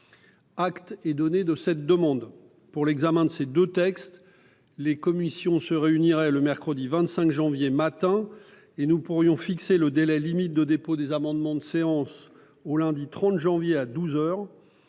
Acte est donné de cette demande. Pour l'examen de ces deux textes, les commissions se réuniraient le mercredi 25 janvier au matin et nous pourrions fixer le délai limite de dépôt des amendements de séance au lundi 30 janvier à douze heures.